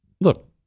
look